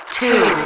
two